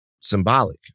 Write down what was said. symbolic